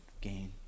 gain